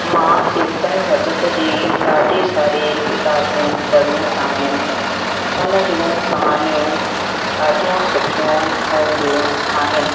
मां चेतन भगत जी ॾाढी सारी किताबूं पढ़ियूं आहिनि उन जूं कहानियूं ॾाढियूं सुठियूं हूंदियूं आहिनि